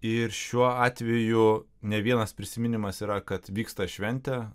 ir šiuo atveju ne vienas prisiminimas yra kad vyksta šventė